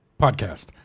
podcast